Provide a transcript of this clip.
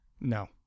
No